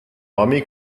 army